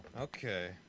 okay